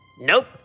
Nope